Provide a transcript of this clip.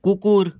কুকুর